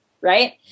right